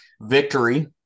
victory